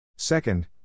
Second